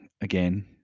again